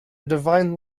divine